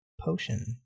Potion